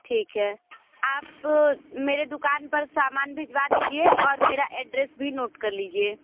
ठीक है आप मेरे दुकान पर सामान भिजवा दीजिए और मेरा एड्रेस भी नोट कर लीजिए